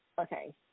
okay